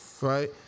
right